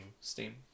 Steam